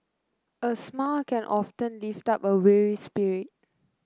a smile can often lift up a weary spirit